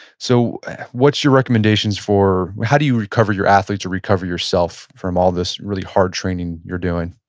so what's your recommendations for, how do you recover your athletes or recover yourself from all this really hard training you're doing?